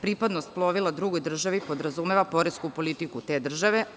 Pripadnost plovila drugoj državi podrazumeva poresku politiku te države.